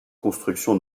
construction